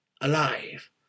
alive